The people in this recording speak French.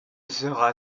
sera